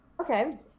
okay